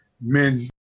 men